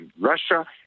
Russia